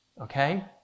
Okay